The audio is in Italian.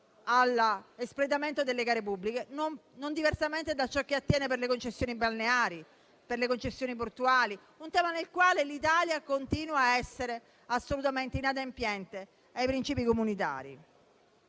l'espletamento delle gare pubbliche, non diversamente da ciò che attiene alle concessioni balneari e portuali, un tema nel quale l'Italia continua a essere assolutamente inadempiente ai princìpi comunitari.